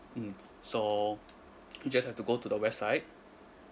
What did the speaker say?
mm so you just have to go to the website